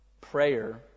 Prayer